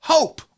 Hope